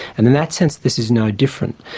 and in that sense this is no different.